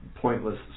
pointless